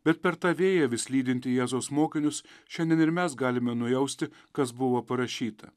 bet per tą vėją vis lydintį jėzaus mokinius šiandien ir mes galime nujausti kas buvo parašyta